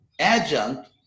adjunct